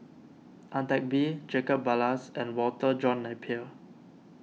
Ang Teck Bee Jacob Ballas and Walter John Napier